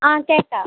ആ കേൾക്കാം